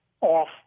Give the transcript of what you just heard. off